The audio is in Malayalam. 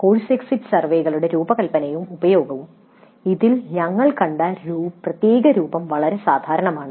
"കോഴ്സ് എക്സിറ്റ് സർവേകളുടെ രൂപകൽപ്പനയും ഉപയോഗവും" ഇതിൽ ഞങ്ങൾ കണ്ട പ്രത്യേക രൂപം വളരെ സാധാരണമാണ്